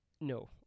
No